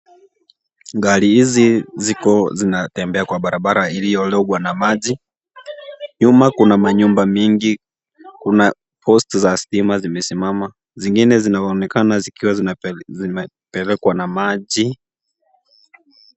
Gari hizi ziko zinatembea kwa barabara iliyolowa na maji nyuma kuna manyumba mingi kuna posti za stima zimesimama zingine zinaonekana zikiwa zinapelekwa na maji .